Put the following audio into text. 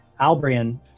Albrian